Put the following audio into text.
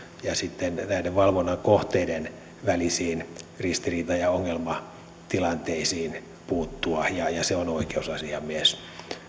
ja näiden valvonnan kohteiden välisiin ristiriita ja ongelmatilanteisiin puuttua ja ja se on oikeusasiamies